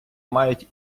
мають